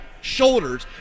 shoulders